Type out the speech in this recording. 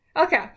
Okay